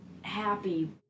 happy